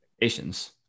expectations